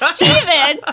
Steven